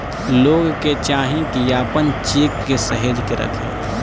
लोग के चाही की आपन चेक के सहेज के रखे